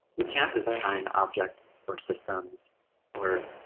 we can't design objects or systems or